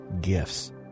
gifts